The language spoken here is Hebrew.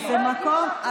זה מקור,